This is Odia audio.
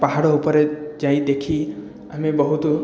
ପାହାଡ଼ ଉପରେ ଯାଇ ଦେଖି ଆମେ ବହୁତ